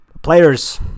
Players